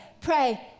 pray